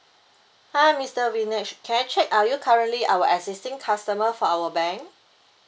hi mister vinesh can I check are you currently our existing customer for our bank